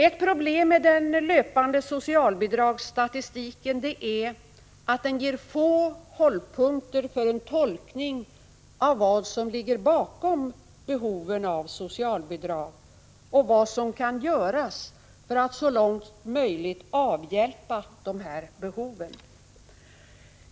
Ett problem med den löpande socialbidragsstatistiken är att den ger få hållpunkter för en tolkning av vad som ligger bakom behoven av socialbidrag och av vad som kan göras för att så långt som möjligt avhjälpa dessa behov.